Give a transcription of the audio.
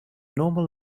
normal